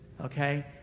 Okay